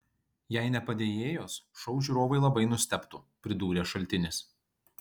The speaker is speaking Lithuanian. jei ne padėjėjos šou žiūrovai labai nustebtų pridūrė šaltinis